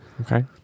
Okay